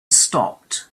stopped